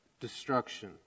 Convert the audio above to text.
Destruction